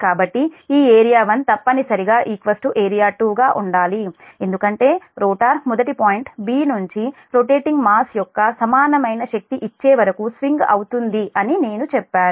కాబట్టి ఈ ఏరియా 1 తప్పనిసరిగా ఏరియా 2 గా ఉండాలి ఎందుకంటే రోటర్ మొదటి పాయింట్ 'b' నుంచి రొటేటింగ్ మాస్ యొక్క సమానమైన శక్తి ఇచ్చేవరకు స్వింగ్ అవుతుంది అని నేను చెప్పాను